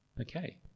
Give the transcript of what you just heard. Okay